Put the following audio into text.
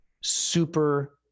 super